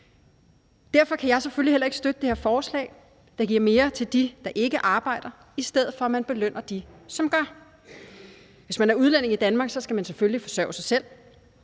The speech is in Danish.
Derfor kan jeg selvfølgelig heller ikke støtte det her forslag, der giver mere til dem, der ikke arbejder, i stedet for at man belønner dem, som gør. Hvis man er udlænding i Danmark, skal man selvfølgelig forsørge sig selv.